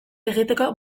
egiteko